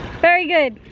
very good.